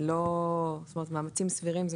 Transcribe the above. מאמצים סבירים,